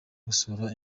gusura